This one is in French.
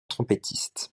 trompettiste